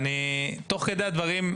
אתה לא הצעת לה אותה, אני מוחה על הדברים.